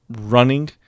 running